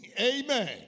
Amen